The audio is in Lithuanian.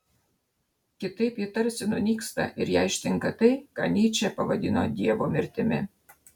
kitaip ji tarsi nunyksta ir ją ištinka tai ką nyčė pavadino dievo mirtimi